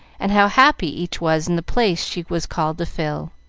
and how happy each was in the place she was called to fill.